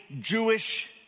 Jewish